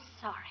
sorry